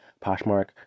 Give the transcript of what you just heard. Poshmark